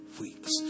weeks